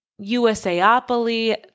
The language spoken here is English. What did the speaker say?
USAopoly